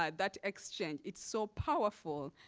um that exchange, it's so powerful.